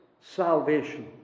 salvation